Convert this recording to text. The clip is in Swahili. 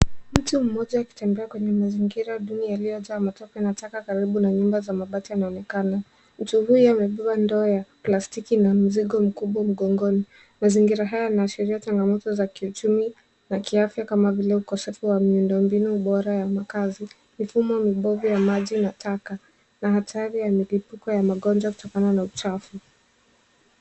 Mtu mmoja akitembea kwenye mazingira duni yaliyojaa matope na taka karibu na nyumba za mabati anaonekana. Mtu huyu amebeba ndoo ya plastiki na mzigo mkubwa mgongoni. Mazingira haya yanaashiria changamoto za kiuchumi na kiafya kama vile ukosefu wa miundombinu bora ya makazi, mifumo mibovu ya maji na taka na hatari ya mlipuko wa ugonjwa kutokana na uchafu.